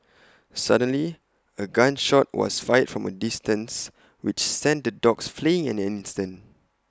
suddenly A gun shot was fired from A distance which sent the dogs fleeing in an instant